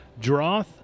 Droth